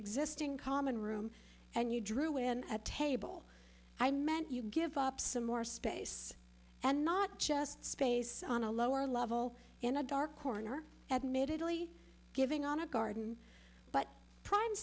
existing common room and you drew in a table i meant you give up some more space and not just space on a lower level in a dark corner admittedly giving on a garden but prime